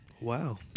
Wow